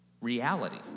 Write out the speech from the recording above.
reality